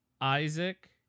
Isaac